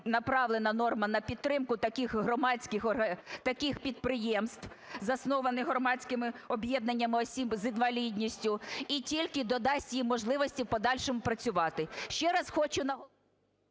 направлена норма на підтримку таких підприємств, заснованих громадськими об'єднаннями осіб з інвалідністю, і тільки додасть їм можливості в подальшому працювати.